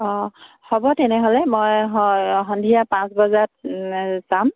অঁ হ'ব তেনেহ'লে মই স সন্ধিয়া পাঁচ বজাত যাম